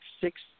six